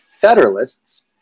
Federalists